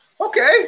Okay